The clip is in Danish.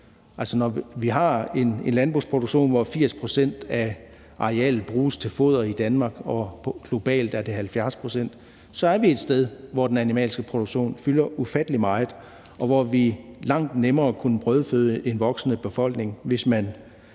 når vi har en landbrugsproduktion, hvor 80 pct. af arealet bruges til foder i Danmark, og globalt er det 70 pct., så er vi et sted, hvor den animalske produktion fylder ufattelig meget, og hvor man langt nemmere kunne brødføde en voksende befolkning, hvis man